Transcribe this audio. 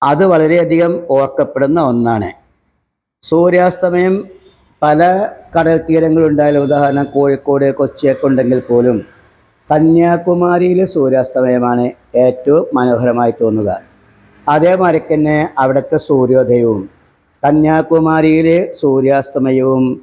അത് വളരേധികം ഓർക്കപ്പെടുന്ന ഒന്നാണ് സൂര്യാസ്തമയം പല കടൽ തീരങ്ങളുണ്ടായാലും ഉദാഹരണം കോഴിക്കോട് കൊച്ചി ഒക്കെ ഉണ്ടെങ്കിൽപ്പോലും കന്യാകുമാരിയിലെ സൂര്യാസ്തമയമാണ് ഏറ്റവും മനോഹരമായി തോന്നുക അതേമാതിരി തന്നെ അവിടുത്തെ സൂര്യോദയവും കന്യാകുമാരിയിലെ സൂര്യാസ്തമയവും